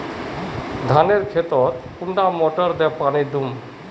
धानेर खेतोत कुंडा मोटर दे पानी दोही?